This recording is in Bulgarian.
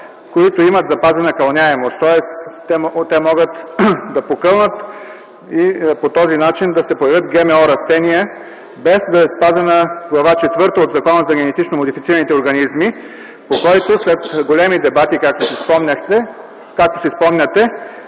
които имат запазена кълняемост, тоест те могат да покълнат и по този начин да се появят ГМО растения без да е спазена Глава четвърта от Закона за генетично модифицираните организми, по който след големи дебати, както си спомняте,